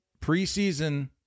preseason